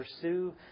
pursue